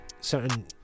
certain